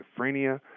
schizophrenia